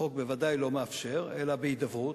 החוק בוודאי לא מאפשר, אלא בהידברות,